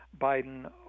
Biden